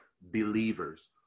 believers